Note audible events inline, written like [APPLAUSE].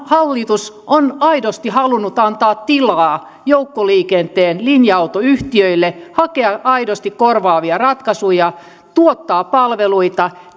hallitus on aidosti halunnut antaa tilaa joukkoliikenteen linja autoyhtiöille hakea aidosti korvaavia ratkaisuja tuottaa palveluita [UNINTELLIGIBLE]